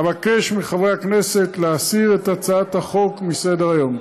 אבקש מחברי הכנסת להסיר את הצעת החוק מסדר-היום.